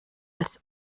als